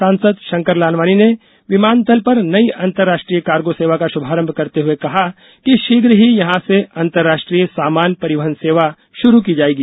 सांसद षंकर लालवानी ने विमानतल पर नई अंतरराज्यीय कार्गो सेवा का षुभारंभ करते हुए कहा कि षीघ्र ही यहां से अंतरराष्ट्रीय सामान परिवहन सेवा षुरू की जाएगी